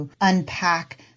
unpack